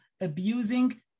abusing